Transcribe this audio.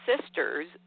sisters